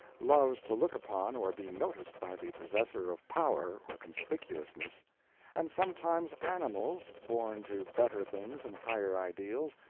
loves to look upon or be noticed by the possessor of power or conspicuousness and sometimes animals, born to better things and higher ideals,